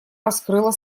раскрыла